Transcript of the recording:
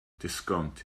disgownt